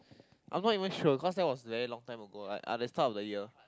I'm not even sure because that was very long time ago like at the start of the year